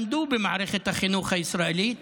למדו במערכת החינוך הישראלית,